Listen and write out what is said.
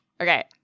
okay